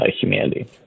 humanity